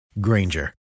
Granger